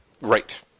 Right